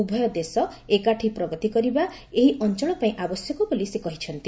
ଉଭୟ ଦେଶ ଏକାଠି ପ୍ରଗତି କରିବା ଏହି ଅଞ୍ଚଳ ପାଇଁ ଆବଶ୍ୟକ ବୋଲି ସେ କହିଛନ୍ତି